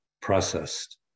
processed